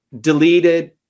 deleted